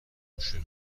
مشکل